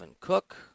Cook